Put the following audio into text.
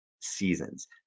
seasons